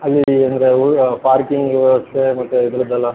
ಅಲ್ಲಿ ಏನಾದ್ರು ಉಳಿ ಪಾರ್ಕಿಂಗ್ ವ್ಯವಸ್ಥೆ ಮತ್ತು ಇದ್ರದ್ದೆಲ್ಲ